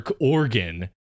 organ